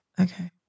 Okay